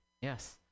Yes